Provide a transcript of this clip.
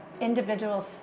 individual's